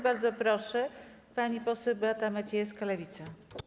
Bardzo proszę, pani poseł Beata Maciejewska, Lewica.